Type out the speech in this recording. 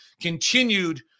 continued